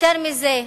יותר מזה,